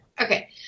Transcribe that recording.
Okay